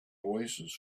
oasis